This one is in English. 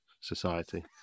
Society